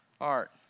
art